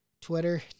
Twitter